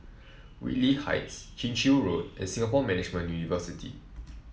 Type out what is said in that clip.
Whitley Heights Chin Chew Road and Singapore Management University